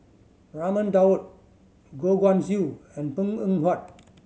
Raman Daud Goh Guan Siew and Png Eng Huat